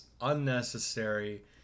unnecessary